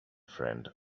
friend